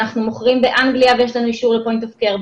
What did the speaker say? אנחנו מוכרים באנגליה ויש לנו אישור ל-point of care,